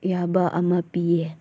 ꯌꯥꯕ ꯑꯃ ꯄꯤꯌꯦ